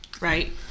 right